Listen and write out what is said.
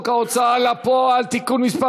ההוצאה לפועל (תיקון מס'